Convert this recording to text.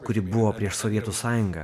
kuri buvo prieš sovietų sąjungą